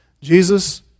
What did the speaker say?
Jesus